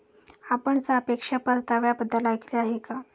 आपण सापेक्ष परताव्याबद्दल ऐकले आहे का?